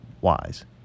wise